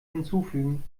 hinzufügen